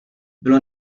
bylo